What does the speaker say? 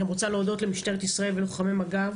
אני גם רוצה להודות למשטרת ישראל וללוחמי מג"ב